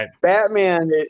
Batman